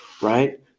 right